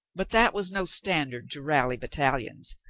but that was no standard to rally battalions,